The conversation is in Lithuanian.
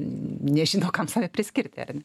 nežino kam save priskirti